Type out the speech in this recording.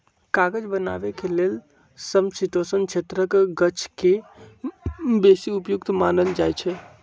कागज बनाबे के लेल समशीतोष्ण क्षेत्रके गाछके बेशी उपयुक्त मानल जाइ छइ